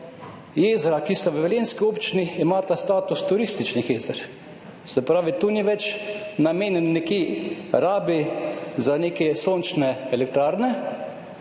jezeri, tisti v velenjski občini, imata status turističnih jezer. Se pravi, tu nista več namenjeni rabi za neke sončne elektrarne.